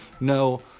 no